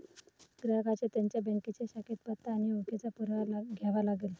ग्राहकांना त्यांच्या बँकेच्या शाखेत पत्ता आणि ओळखीचा पुरावा द्यावा लागेल